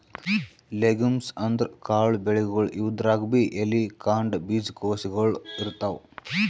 legumes ಅಂದ್ರ ಕಾಳ್ ಬೆಳಿಗೊಳ್, ಇವುದ್ರಾಗ್ಬಿ ಎಲಿ, ಕಾಂಡ, ಬೀಜಕೋಶಗೊಳ್ ಇರ್ತವ್